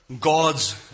God's